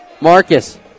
Marcus